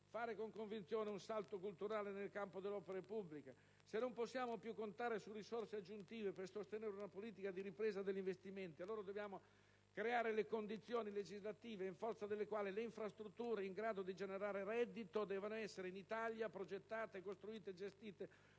fare con convinzione un salto culturale nel campo delle opere pubbliche. Se non possiamo più contare su risorse aggiuntive per sostenere una politica di ripresa degli investimenti, allora dobbiamo creare le condizioni legislative in forza delle quali le infrastrutture in grado di generare reddito debbano essere in Italia progettate, costruite e gestite